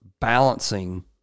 balancing